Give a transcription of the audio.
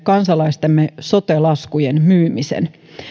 kansalaistemme sote laskujen myymisen kansainvälisille perintäyhtiöille